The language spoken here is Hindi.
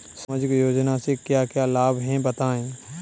सामाजिक योजना से क्या क्या लाभ हैं बताएँ?